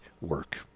work